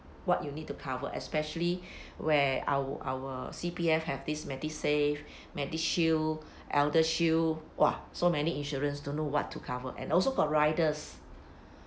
what you need to cover especially where our our C_P_F have these MediSave MediShield ElderShield !wah! so many insurance don't know what to cover and also got riders